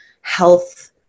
health